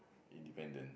independent